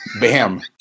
bam